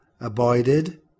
abided